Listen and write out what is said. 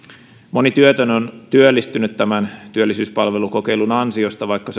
moni työtön on työllistynyt tämän työllisyyspalvelukokeilun ansiosta vaikka